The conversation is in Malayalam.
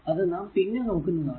അത് നാം പിന്നെ നോക്കുന്നതാണ്